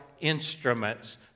instruments